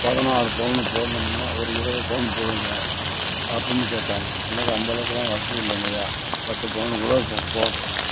பதினாறு பவுனு போடணும்னு ஒரு இருபது பவுன் போடுங்க அப்புடின்னு கேட்டாங்க எனக்கு அந்தளவுக்குலாம் வசதி இல்லைங்க ஐயா பத்து பவுனுக்குள்ள போ போட்டுறோம்